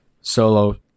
solo